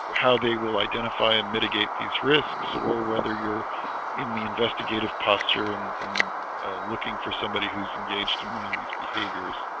how they will identify and mitigate these risks or whether you're in the investigative posture and and looking for somebody who's engaged in one of these behaviors